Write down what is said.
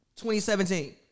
2017